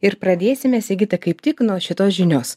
ir pradėsime sigita kaip tik nuo šitos žinios